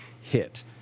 hit